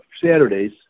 Saturdays